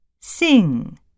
Sing